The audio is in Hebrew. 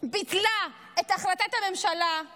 ביטלה את החלטת הממשלה על